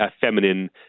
feminine